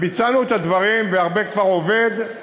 וביצענו את הדברים, והרבה כבר עובד,